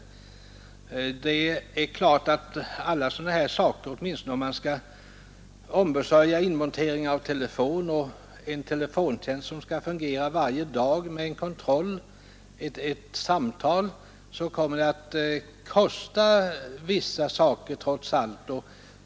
Givetvis kommer det att bli en del kostnader för de organisationer som vill hjälpa till med denna verksamhet — kanske inmontering av telefon, ett telefonsamtal om dagen för kontroll osv.